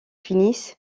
finissent